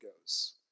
goes